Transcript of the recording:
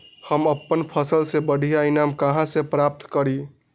हम अपन फसल से बढ़िया ईनाम कहाँ से प्राप्त करी?